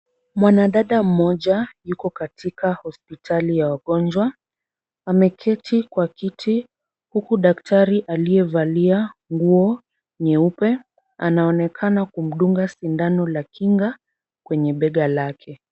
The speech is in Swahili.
Mwanadada mmoja yuko katika hospitali ya wagonjwa. Ameketi kwa kiti huku daktari aliyevalia nguo nyeupe anaonekana kumdunga sindano la kinga kwenye bega lake.